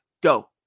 go